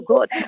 God